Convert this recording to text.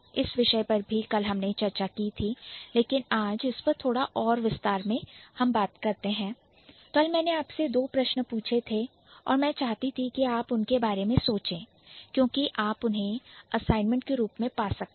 इस विषय पर भी कल हमने चर्चा की थी लेकिन आज इस पर थोड़ा और विस्तार में करना चाहूंगी और कल मैंने आपसे दो प्रश्न पूछे थे और मैं चाहती थी कि आप उनके बारे में सोचें क्योंकि आप उन्हें असाइनमेंट के रूप में पा सकते हैं